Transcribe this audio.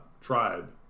tribe